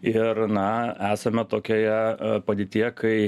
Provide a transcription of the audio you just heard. ir na esame tokioje padėtyje kai